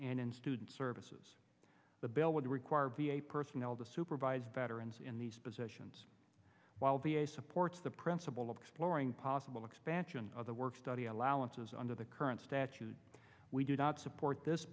and in student services the bill would require v a personnel to supervise veterans in these positions while v a supports the principle of exploring possible expansion of the work study allowances under the current statute we do not support this